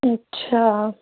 اچھا